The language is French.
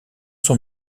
sont